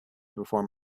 perform